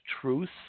truth